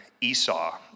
Esau